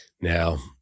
Now